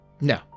No